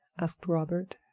asked robert,